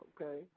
Okay